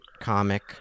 comic